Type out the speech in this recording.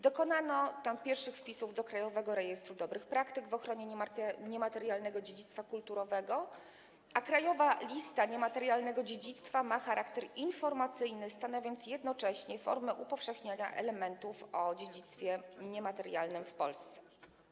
Dokonano pierwszych wpisów do krajowego rejestru dobrych praktyk w ochronie niematerialnego dziedzictwa kulturowego, a krajowa lista niematerialnego dziedzictwa ma charakter informacyjny, stanowiąc jednocześnie formę upowszechniania elementów dziedzictwa niematerialnego w Polsce.